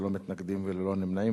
ללא מתנגדים וללא נמנעים,